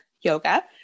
yoga